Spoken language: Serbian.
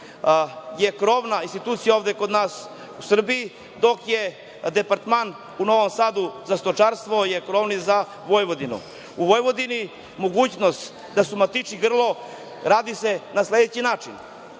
je krovna institucija ovde kod nas u Srbiji, dok je Departman u Novom Sadu za stočarstvo za Vojvodinu. U Vojvodini mogućnost da se umatiči grlo radi se na sledeći način,